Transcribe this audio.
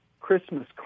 Christmas